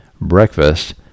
breakfast